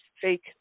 fake